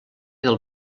del